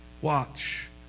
watch